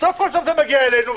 סוף כל סוף זה מגיע אלינו,